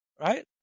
right